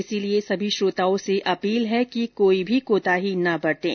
इसलिए सभी श्रोताओं से अपील है कि कोई भी कोताही न बरतें